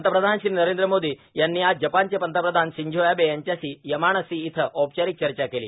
पंतप्रधान श्री नरेंद्र मोदी यांनी आज जपानचे पंतप्रधान सिंझो अबे यांच्याशी यमानासी इथं औपचारिक चर्चा केली